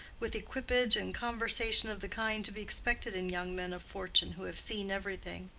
with equipage and conversation of the kind to be expected in young men of fortune who have seen everything.